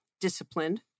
disciplined